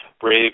brave